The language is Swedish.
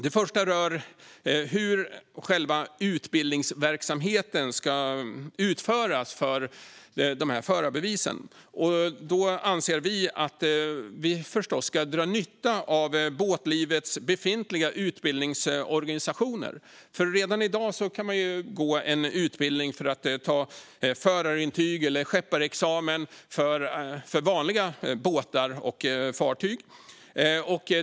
Det första rör hur själva utbildningsverksamheten för förarbevisen ska utföras. Vi anser att vi förstås ska dra nytta av båtlivets befintliga utbildningsorganisationer. Redan i dag kan man gå en utbildning för att ta förarintyg eller kustskepparexamen för vanliga båtar och fartyg.